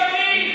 ציוני.